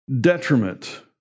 detriment